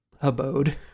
abode